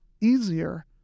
easier